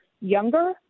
younger